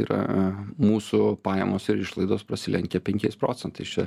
yra mūsų pajamos ir išlaidos prasilenkia penkiais procentais čia